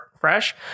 fresh